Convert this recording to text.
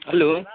hello